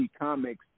Comics